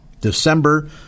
December